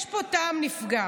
יש פה טעם לפגם.